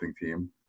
team